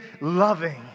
loving